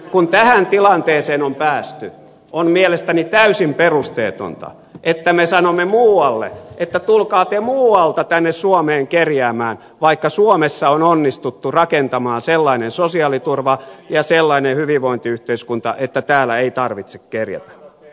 kun tähän tilanteeseen on päästy on mielestäni täysin perusteetonta että me sanomme muualle että tulkaa te muualta tänne suomeen kerjäämään vaikka suomessa on onnistuttu rakentamaan sellainen sosiaaliturva ja sellainen hyvinvointiyhteiskunta että täällä ei tarvitse kerjätä